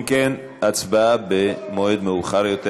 אם כן, הצבעה במועד מאוחר יותר.